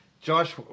Josh